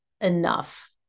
Enough